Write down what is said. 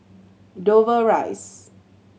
Dover Rise